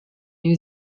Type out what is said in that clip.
new